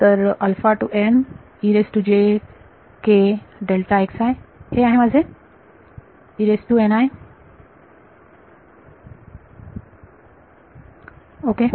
तर हे आहे माझे ओके